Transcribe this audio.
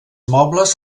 mobles